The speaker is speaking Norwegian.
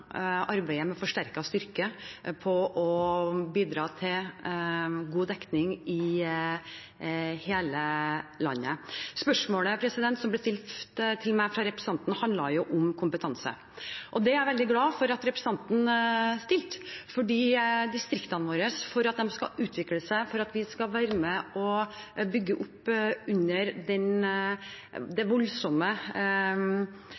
med økt styrke for å bidra til god dekning i hele landet. Spørsmålet som ble stilt av representanten til meg, handlet om kompetanse. Det er jeg veldig glad for at representanten gjorde, for for at distriktene skal utvikle seg, og for at vi skal være med og bygge opp under den